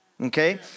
okay